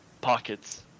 pockets